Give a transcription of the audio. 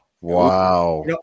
Wow